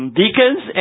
deacons